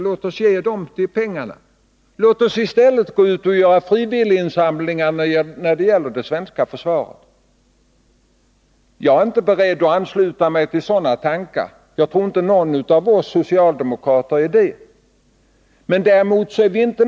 Låt oss i stället göra frivilliga insamlingar till försvaret. Jag är inte beredd att ansluta mig till sådana tankar, och jag tror inte någon av oss socialdemokrater är det.